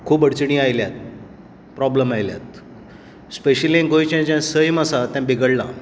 खूब अडचणी आयल्यात प्रोबलम आयल्यात स्पेशली गोंयचें जें सैम आसा तें बिगडलां